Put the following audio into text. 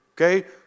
Okay